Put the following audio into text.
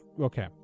okay